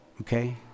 Okay